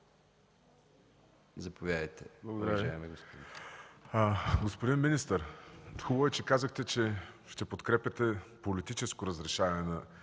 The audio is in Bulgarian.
(Атака): Благодаря Ви. Господин министър, хубаво е, че казахте, че ще подкрепяте политическо разрешаване на